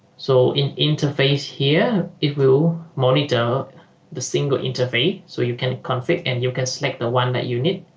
so in interface here it will monitor the single interface so you can conflict and you can select the one that you need